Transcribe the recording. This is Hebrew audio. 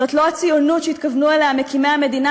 זאת לא הציונות שהתכוונו אליה מקימי המדינה,